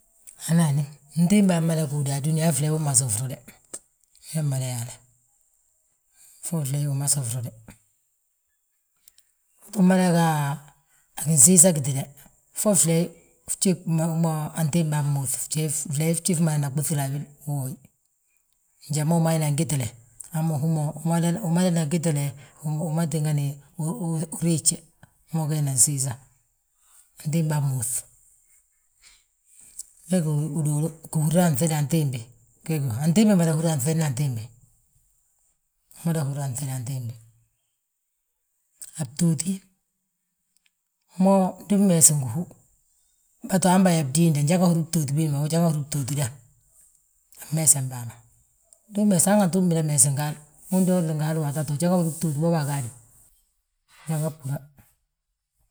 Hani, hani, antiimbaa mmada gúudi han fleey umasi frude, wee mada yaale, fo fleey umasi frude. Utim mada ga a ginsiisa gitída, fo flee antiimbaa mmúuf, fleey fjif ma ana ɓoŧil a uwooyi. Njali ma umadana gitile, hamma húma umadana gitile, wi ma tíngani uriijte, ma ugee nan siisa. Antiimbaa mmúuf, we gi uduulu, gihúrna anŧida antiimbi, antiimba mada húri anŧidna antiimbi, aa mmada húra anŧidni antiimbi. A btooti, mo ndi mmeesi ngi hú, bâto ha bâyaa bdiinde, ujanga húri btooti biindi ma, ujang húri btooti biinda. A mmeesem bâa ma, hangandi uu mmeesi ngi hal, undoŋli ngi hal waato waati ujanga húri btooti booba agaadu, ujanga bhúra.